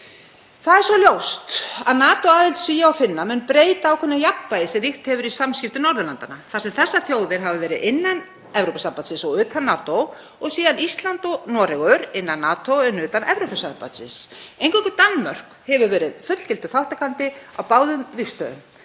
Það er ljóst að NATO-aðild Svía og Finna mun breyta ákveðnu jafnvægi sem ríkt hefur í samskiptum Norðurlandanna þar sem þessar þjóðir hafa verið innan Evrópusambandsins og utan NATO en Ísland og Noregur innan NATO en utan Evrópusambandsins. Eingöngu Danmörk hefur verið fullgildur þátttakandi á báðum vígstöðvum,